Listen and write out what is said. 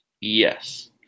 yes